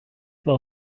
war